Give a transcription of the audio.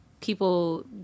people